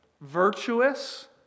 virtuous